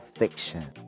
fiction